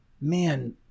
man